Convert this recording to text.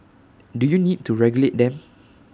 do you need to regulate them